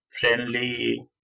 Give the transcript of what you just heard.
Friendly